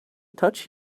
touch